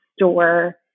store